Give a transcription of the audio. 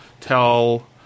tell